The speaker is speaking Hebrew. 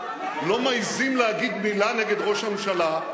לא מעזים להגיד מלה נגד ראש הממשלה.